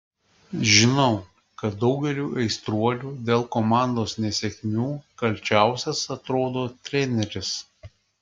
žinau kad daugeliui aistruolių dėl komandos nesėkmių kalčiausias atrodo treneris